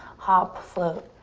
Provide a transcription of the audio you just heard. hop, float,